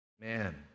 Man